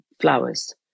flowers